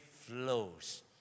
flows